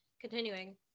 Continuing